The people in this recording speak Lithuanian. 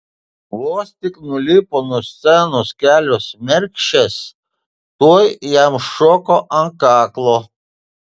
vos tik nulipo nuo scenos kelios mergšės tuoj jam šoko ant kaklo